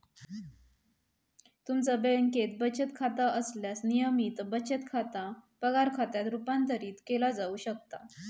तुमचा बँकेत बचत खाता असल्यास, नियमित बचत खाता पगार खात्यात रूपांतरित केला जाऊ शकता